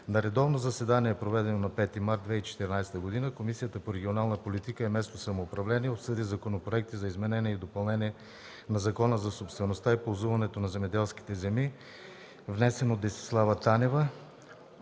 На редовно заседание, проведено на 5 март 2014 г., Комисията по регионална политика и местно самоуправление обсъди законопроекти за изменение и допълнение на Закона за собствеността и ползуването на земеделските земи, № 454–01–9, внесен от Десислава Танева